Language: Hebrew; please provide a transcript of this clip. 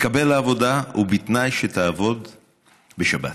תתקבל לעבודה בתנאי שתעבוד בשבת.